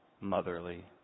motherly